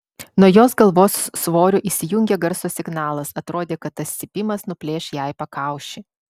nuo jos galvos svorio įsijungė garso signalas atrodė kad tas cypimas nuplėš jai pakaušį